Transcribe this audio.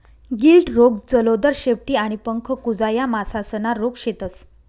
गिल्ड रोग, जलोदर, शेपटी आणि पंख कुजा या मासासना रोग शेतस